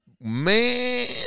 Man